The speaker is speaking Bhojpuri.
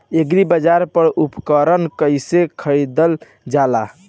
एग्रीबाजार पर उपकरण कइसे खरीदल जाला?